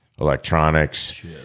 electronics